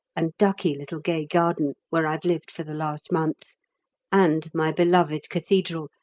and ducky little gay garden, where i've lived for the last month and my beloved cathedral,